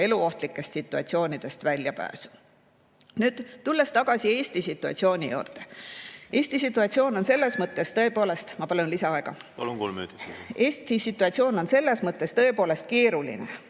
eluohtlikest situatsioonidest väljapääsu. Tulen tagasi Eesti situatsiooni juurde. Eesti situatsioon on selles mõttes tõepoolest ... Ma palun lisaaega. Palun! Kolm minutit. Eesti situatsioon on selles mõttes tõepoolest keeruline,